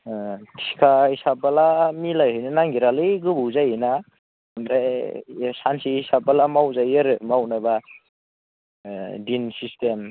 थिखा हिसाब बोला मिलायहैनो नागिरालै गोबाव जायोना ओमफ्राय सानसे हिसाबबोला मावजायो आरो मावनोबा दिन सिस्टेम